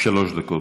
גברתי, שלוש דקות.